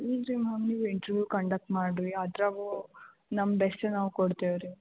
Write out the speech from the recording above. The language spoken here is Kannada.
ಇಲ್ಲರೀ ಮ್ಯಾಮ್ ನೀವು ಇಂಟ್ರೂ ಕಂಡಕ್ಟ್ ಮಾಡಿರಿ ಅದರಾಗೂ ನಮ್ಮ ಬೆಸ್ಟು ನಾವು ಕೊಡ್ತೇವೆ ರೀ